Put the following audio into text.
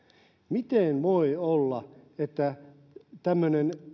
miten voi olla että kun oli tämmöinen